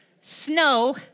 snow